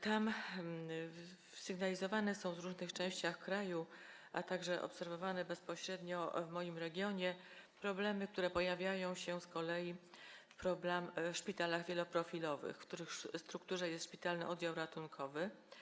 Tam sygnalizowane są w różnych częściach kraju, a także obserwowane bezpośrednio w moim regionie problemy, które pojawiają się z kolei w szpitalach wieloprofilowych, w których strukturze jest szpitalny oddział ratunkowy.